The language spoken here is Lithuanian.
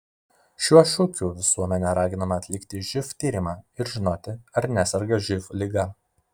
šiuo šūkiu visuomenė raginama atlikti živ tyrimą ir žinoti ar neserga živ liga